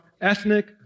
ethnic